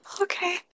okay